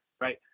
right